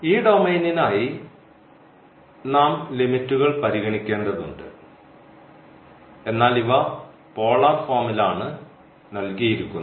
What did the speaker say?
ഈ ഡൊമെയ്നിനായി നാം ലിമിറ്റുകൾ പരിഗണിക്കേണ്ടതുണ്ട് എന്നാൽ ഇവ പോളാർ ഫോമിലാണ് നൽകിയിരിക്കുന്നത്